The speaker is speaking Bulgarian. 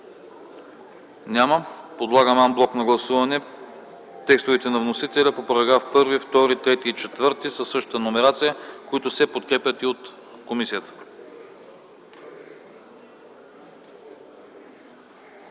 Няма. Подлагам ан блок на гласуване текстовете на вносителя по параграфи 1, 2, 3 и 4 със същата номерация, които се подкрепят от комисията.